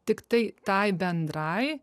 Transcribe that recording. tiktai tai bendrai